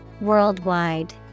Worldwide